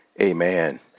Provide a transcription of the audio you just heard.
Amen